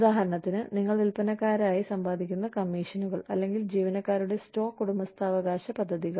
ഉദാഹരണത്തിന് നിങ്ങൾ വിൽപ്പനക്കാരായി സമ്പാദിക്കുന്ന കമ്മീഷനുകൾ അല്ലെങ്കിൽ ജീവനക്കാരുടെ സ്റ്റോക്ക് ഉടമസ്ഥാവകാശ പദ്ധതികൾ